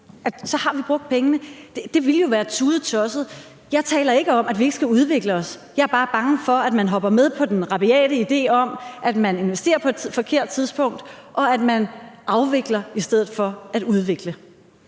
så har vi brugt pengene. Jeg taler ikke om, at vi ikke skal udvikle os. Jeg er bare bange for, at man hopper med på den rabiate idé om, at man investerer på et forkert tidspunkt, og at man afvikler i stedet for at udvikle.